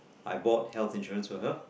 I bought health insurance for her